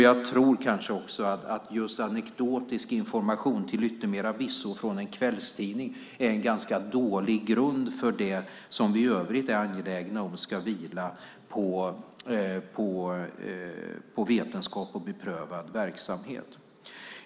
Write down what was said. Jag tror kanske också att just anekdotisk information, till yttermera visso från en kvällstidning, är en ganska dålig grund för det som vi i övrigt är angelägna om ska vila på vetenskap och beprövad erfarenhet.